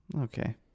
okay